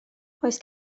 oes